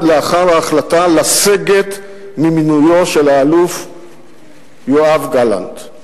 לאחר ההחלטה לסגת ממינויו של האלוף יואב גלנט.